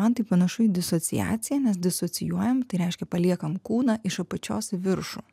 man tai panašu į disasociaciją nes disocijuojam tai reiškia paliekam kūną iš apačios į viršų